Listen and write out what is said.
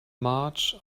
march